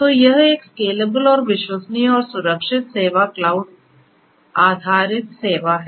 तो यह एक स्केलेबल और विश्वसनीय और सुरक्षित सेवा क्लाउड आधारित सेवा है